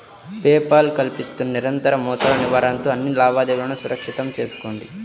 pay Paul కల్పిస్తున్న నిరంతర మోసాల నివారణతో అన్ని లావాదేవీలను సురక్షితం చేసుకోండి